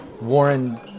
Warren